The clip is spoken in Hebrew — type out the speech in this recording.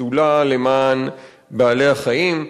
עוד אחת מהצעות החוק שאנחנו מקדמים בכנסת בשדולה למען בעלי-החיים.